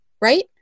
right